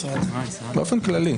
באופן כללי.